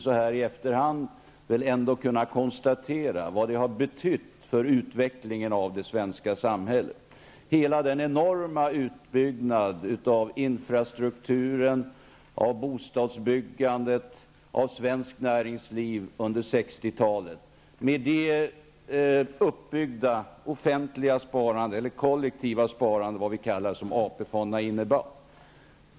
Så här i efterhand måste man väl ändå kunna konstatera vad det betytt för utvecklingen av det svenska samhället med hela den enorma utbyggnaden av infrastrukturen, bostadsbyggandet, svenskt näringsliv under 60-talet och det uppbyggda offentliga eller kollektiva sparandet som AP fonderna innebar.